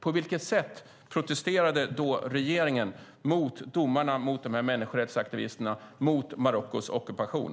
På vilket sätt protesterade då regeringen mot domarna mot dessa människorättsaktivister och mot Marockos ockupation?